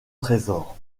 trésor